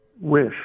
wish